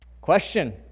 Question